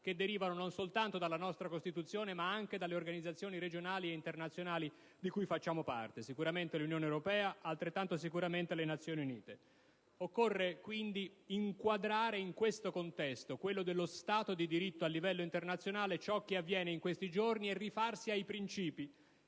che derivano non soltanto dalla nostra Costituzione, ma anche dalle organizzazioni regionali e internazionali di cui facciamo parte: sicuramente l'Unione europea e altrettanto sicuramente l'Organizzazione delle Nazioni Unite. Occorre quindi inquadrare in questo contesto, quello dello Stato di diritto a livello internazionale, ciò che avviene in questi giorni e rifarsi ai principi.